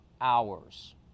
hours